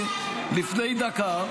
לפני דקה,